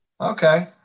Okay